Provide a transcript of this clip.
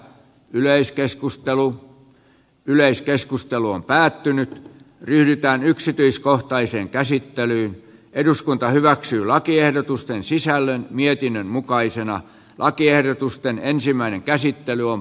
yleiskeskustelun yleiskeskustelu on päättynyt ryhdytään yksityiskohtaiseen käsittelyyn eduskunta hyväksyy lakiehdotusten sisällön mietinnön mukaisena lakiehdotusten sisällöstä